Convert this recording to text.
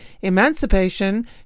emancipation